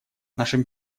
нашим